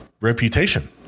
reputation